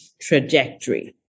trajectory